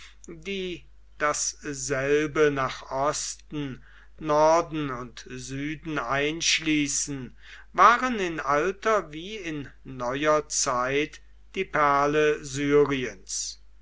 die dasselbe nach osten norden und süden einschließen waren in alter wie in neuer zeit die perle syriens